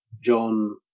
John